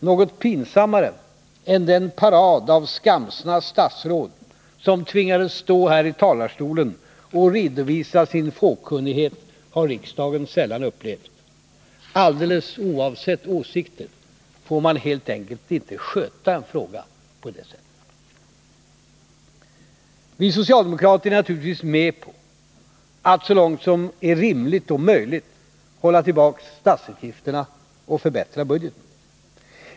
Något pinsammare än den parad av skamsna statsråd som tvingades stå här i talarstolen och redovisa sin fåkunnighet har riksdagen sällan upplevt. Alldeles oavsett åsikter får man helt enkelt inte sköta en fråga på det sättet. Vi socialdemokrater är naturligtvis med på att så långt som är rimligt och möjligt hålla tillbaka statsutgifterna och förbättra budgeten.